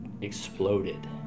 exploded